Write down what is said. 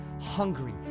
hungry